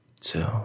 two